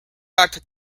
act